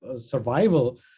survival